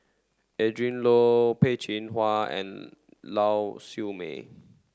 Adrin Loi Peh Chin Hua and Lau Siew Mei